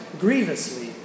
grievously